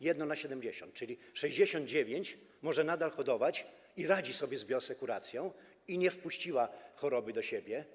Jedno na 70, czyli 69 gospodarstw może nadal hodować i radzi sobie z bioasekuracją, nie wpuściło choroby do siebie.